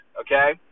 okay